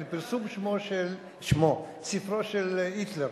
של פרסום ספרו של היטלר,